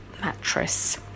mattress